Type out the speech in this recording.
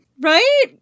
Right